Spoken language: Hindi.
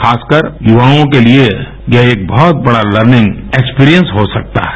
खासकर युवाओं के लिए यह एक बहत बड़ा लर्निंग एक्सपिरियंस हो सकता है